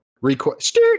request